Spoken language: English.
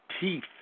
teeth